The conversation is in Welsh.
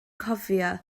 cofio